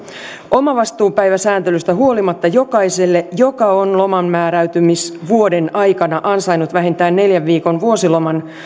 omavastuupäiväsääntelystä huolimatta jokaiselle joka on lomanmääräytymisvuoden aikana ansainnut vähintään neljän viikon vuosiloman